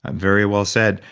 and very well said.